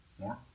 more